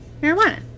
marijuana